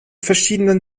verschiedenen